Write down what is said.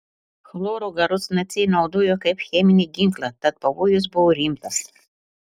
chloro garus naciai naudojo kaip cheminį ginklą tad pavojus buvo rimtas